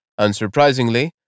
Unsurprisingly